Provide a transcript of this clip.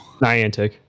Niantic